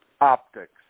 Optics